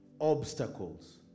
obstacles